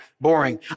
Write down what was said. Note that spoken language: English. boring